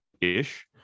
ish